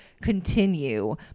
continue